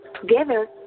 together